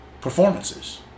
performances